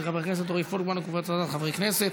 של חבר הכנסת רועי פולקמן וקבוצת חברי הכנסת.